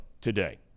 today